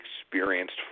experienced